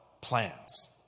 plans